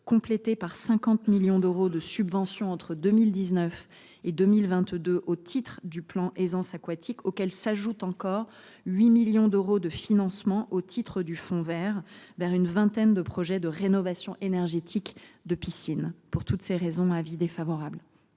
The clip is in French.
complétés par 50 millions d’euros de subventions entre 2019 et 2022 au titre du plan Aisance aquatique, auxquels s’ajoutent encore 8 millions d’euros de financements au titre du fonds vert destinés à une vingtaine de projets de rénovation énergétique de piscines. Pour toutes ces raisons, le Gouvernement